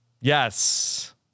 Yes